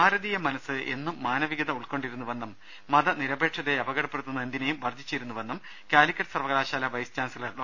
ഭാരതീയ മനസ്സ് എന്നും മാനവികത ഉൾക്കൊണ്ടിരുന്നുവെന്നും മതനിരപേക്ഷതയെ അപകടപ്പെടുത്തുന്ന എന്തിനെയും വർജ്ജിച്ചിരുന്നുവെന്നും കാലിക്കറ്റ് സർവ്വക്ലാശാല വൈസ് ചാൻസലർ ഡോ